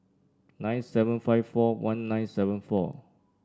nine seven five four one nine seven four